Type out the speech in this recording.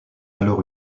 alors